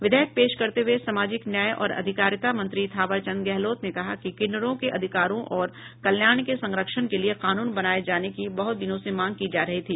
विधेयक पेश करते हुए सामाजिक न्याय और अधिकारिता मंत्री थावर चंद गहलोत ने कहा कि किन्नरों के अधिकारों और कल्याण के संरक्षण के लिए कानून बनाये जाने की बहत दिनों से मांग की जा रही थी